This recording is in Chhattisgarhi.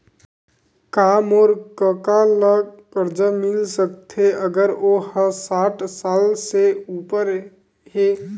का मोर कका ला कर्जा मिल सकथे अगर ओ हा साठ साल से उपर हे?